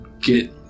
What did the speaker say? get